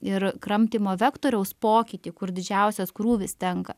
ir kramtymo vektoriaus pokytį kur didžiausias krūvis tenka